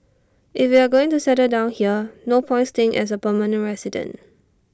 if we are going to settle down here no point staying as A permanent resident